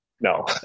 No